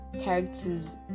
characters